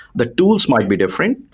the tools might be different,